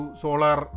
solar